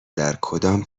درکدام